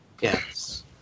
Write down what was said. Yes